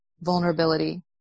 vulnerability